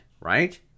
right